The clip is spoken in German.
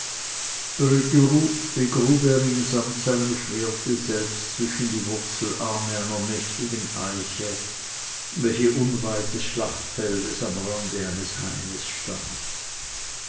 begrub er ihn samt seinem schwerte selbst zwischen die wurzelarme einer mächtigen eiche welche unweit des schlachtfeldes am rande eines haines stand